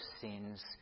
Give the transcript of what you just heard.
sins